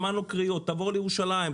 שמענו קריאות: "תבואו לירושלים,